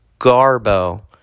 garbo